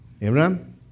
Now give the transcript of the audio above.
Abraham